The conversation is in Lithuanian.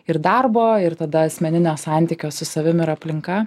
ir darbo ir tada asmeninio santykio su savim ir aplinka